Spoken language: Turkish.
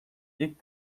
ilk